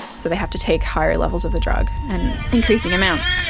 so they have to take higher levels of the drug and increasing amounts.